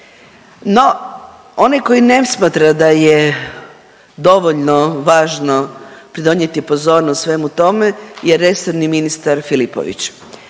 no onaj koji ne smatra da je dovoljno važno pridonijeti pozornost svemu tome je resorni ministar Filipović.